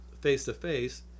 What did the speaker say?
face-to-face